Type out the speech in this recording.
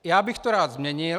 Já bych to rád změnil.